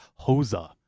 HOSA